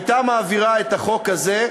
הייתה מעבירה את החוק הזה,